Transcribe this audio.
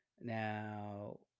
Now